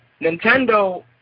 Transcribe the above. Nintendo